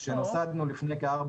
במערכת.